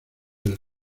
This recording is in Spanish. del